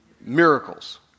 Miracles